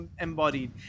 embodied